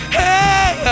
hey